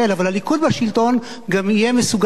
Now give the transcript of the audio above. אבל הליכוד בשלטון גם יהיה מסוגל,